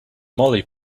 molly